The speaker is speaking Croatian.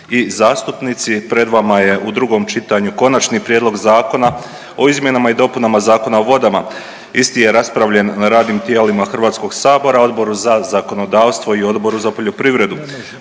i zastupnici. Pred vama je u drugom čitanju Konačni prijedlog zakona o izmjenama i dopunama Zakona o vodama. Isti je raspravljen na radnim tijelima Hrvatskog sabora Odboru za zakonodavstvo i Odboru za poljoprivredu.